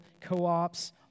co-ops